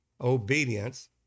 obedience